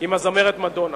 עם הזמרת מדונה.